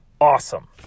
awesome